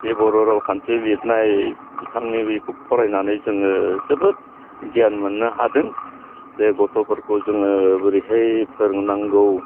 बे बर' रावखान्थि लिरनाय बिथांनि बिखौ फरायनानै जोङो जोबोद गियान मोननो हादों जे गथ'फोरखौ जोङो बोरैहाय फोरोंनांगौ